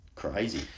Crazy